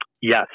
Yes